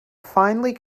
finally